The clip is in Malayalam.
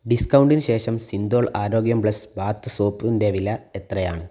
ഡിസ്കൗണ്ടിന് ശേഷം സിന്തോൾ ആരോഗ്യം പ്ലസ് ബാത്ത് സോപ്പിൻറ്റെ വില എത്രയാണ്